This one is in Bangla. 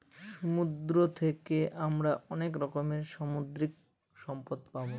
সমুদ্র থাকে আমরা অনেক রকমের সামুদ্রিক সম্পদ পাবো